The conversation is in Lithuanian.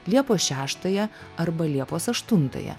liepos šeštąją arba liepos aštuntąją